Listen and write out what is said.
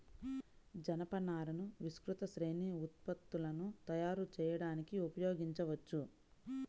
జనపనారను విస్తృత శ్రేణి ఉత్పత్తులను తయారు చేయడానికి ఉపయోగించవచ్చు